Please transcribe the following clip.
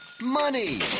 money